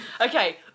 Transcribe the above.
Okay